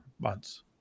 months